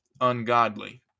ungodly